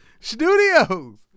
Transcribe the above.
Studios